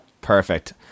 Perfect